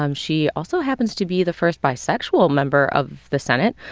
um she also happens to be the first bisexual member of the senate.